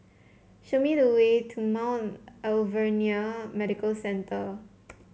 show me the way to Mount Alvernia Medical Centre